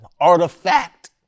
artifact